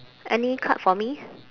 any card for me